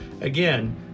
Again